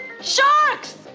sharks